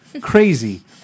crazy